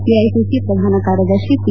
AICC ಪ್ರಧಾನ ಕಾರ್ಯದರ್ಶಿ P